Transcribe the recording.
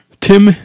Tim